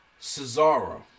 Cesaro